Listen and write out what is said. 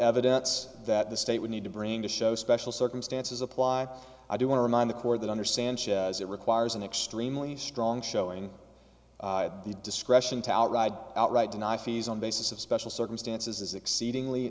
evidence that the state would need to bring to show special circumstances apply i do want to remind the court that under sanchez it requires an extremely strong showing the discretion to outride outright deny fees on basis of special circumstances is exceedingly